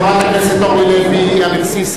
חברת הכנסת אורלי לוי אבקסיס,